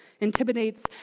intimidates